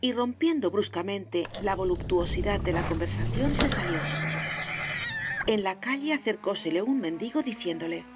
y rompiendo bruscamente la voluptuosidad de la conversación se salió en la calle acercósele un mendigo diciéndole